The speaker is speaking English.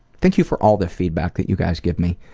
thank you for all the feedback that you guys give me.